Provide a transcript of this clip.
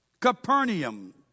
Capernaum